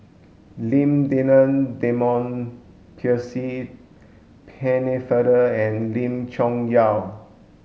Lim Denan Denon Percy Pennefather and Lim Chong Yah